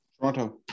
Toronto